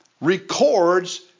records